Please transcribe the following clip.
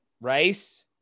rice